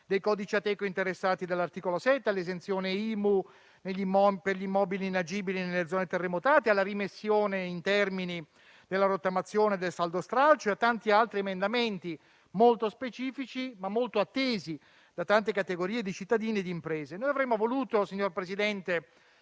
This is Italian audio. dei codici Ateco interessati dall'articolo 7, all'esenzione dal pagamento dell'IMU per gli immobili inagibili nelle zone terremotate, alla rimessione in termini, alla rottamazione, al saldo e stralcio e a tanti altri emendamenti molto specifici, ma molto attesi da tante categorie di cittadini e di imprese. Noi avremmo voluto, signor Presidente,